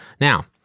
Now